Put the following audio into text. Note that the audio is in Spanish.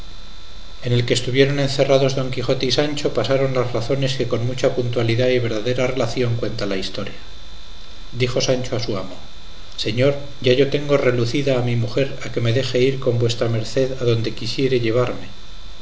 en el que estuvieron encerrados don quijote y sancho pasaron las razones que con mucha puntualidad y verdadera relación cuenta la historia dijo sancho a su amo señor ya yo tengo relucida a mi mujer a que me deje ir con vuestra merced adonde quisiere llevarme